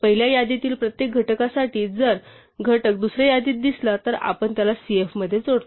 पहिल्या यादीतील प्रत्येक घटकासाठी जर घटक दुसऱ्या यादीत दिसला तर आपण त्याला cf मध्ये जोडतो